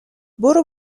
برو